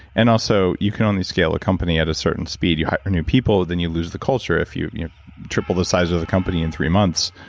and also you can only scale a company at a certain speed you hire new people, then you lose the culture, if you you triple the size of the company in three months,